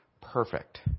perfect